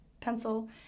pencil